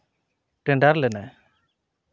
tender ᱞᱮᱱᱟᱭ